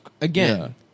Again